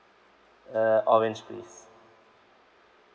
uh orange please